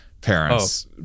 parents